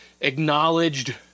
acknowledged